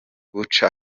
buca